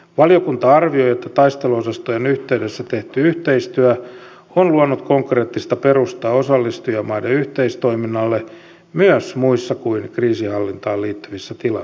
valiokunta arvioi että taisteluosastojen yhteydessä tehty yhteistyö on luonut konkreettista perustaa osallistujamaiden yhteistoiminnalle myös muissa kuin kriisinhallintaan liittyvissä tilanteissa